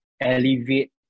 elevate